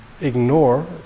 ignore